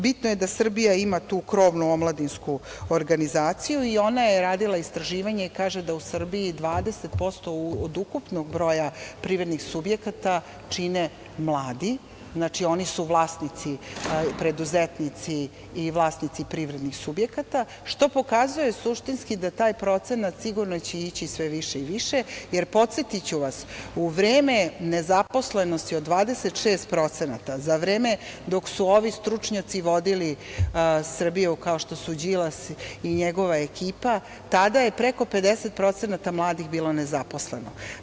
Bitno je da Srbija ima tu krovnu omladinsku organizaciju i ona je radila istraživanje i kaže da u Srbiji 20% od ukupnog broja privrednih subjekata čine mladi i oni su vlasnici i preduzetnici i vlasnici privrednih subjekata, što pokazuje suštinski da će taj procenat ići sve više i više, jer podsetiću vas, u vreme nezaposlenosti od 26%, za vreme dok su ovi stručnjaci vodili Srbiju, kao što su Đilas i njegova ekipa, tada je preko 50% mladih bilo nezposleno.